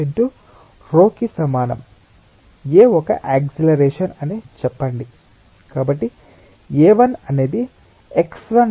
a ఒక acceleration అని చెప్పండి కాబట్టి a1 అనేది x1 వెంట యాక్సిలరేషన్